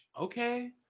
Okay